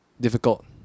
difficult